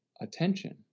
attention